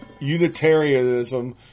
unitarianism